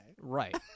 Right